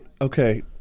okay